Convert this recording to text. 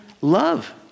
love